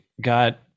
got